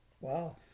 Wow